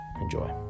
Enjoy